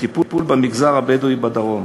בטיפול במגזר הבדואי בדרום